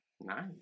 Nice